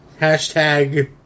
Hashtag